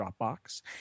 Dropbox